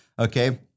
okay